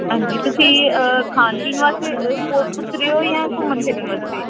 ਹਾਂਜੀ ਤੁਸੀਂ ਖਾਣ ਪੀਣ ਵਾਸਤੇ ਅ ਬੋਟ ਪੁੱਛ ਰਹੇ ਹੋ ਜਾਂ ਘੁੰਮਣ ਫਿਰਨ ਵਾਸਤੇ